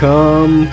Come